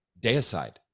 deicide